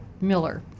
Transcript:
Miller